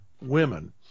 women